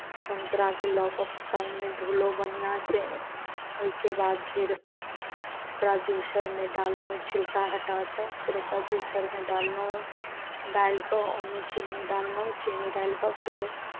संतराकेँ लऽ कऽ पानिमे धोलहुँ बढ़िआँसँ ओहिके बाद फेर ओकरा जूसरमे डाललहुँ छिलका हटा कऽ फेर ओकरा जूसरमे डाललहुँ डालि कऽ ओहिमे चीनी डाललहुँ चीनी डालि कऽ फेर